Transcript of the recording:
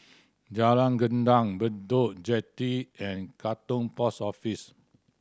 Jalan Gendang Bedok Jetty and Katong Post Office